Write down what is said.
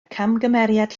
camgymeriad